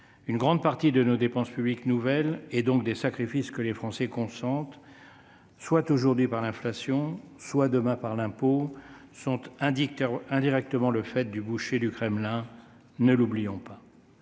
Une grande partie de nos dépenses publiques nouvelles, et donc des sacrifices que les Français consentent, soit aujourd'hui par l'inflation, soit demain par l'impôt, sont indirectement le fait du boucher du Kremlin, ne l'oublions pas.